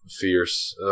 fierce